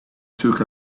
took